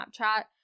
Snapchat